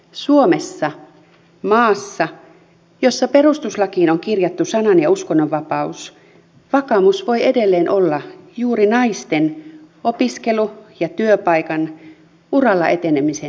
suomessa maassa jossa perustuslakiin on kirjattu sanan ja uskonnonvapaus vakaumus voi edelleen olla juuri naisten opiskelu ja työpaikan uralla etenemisen esteenä